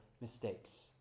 mistakes